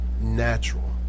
natural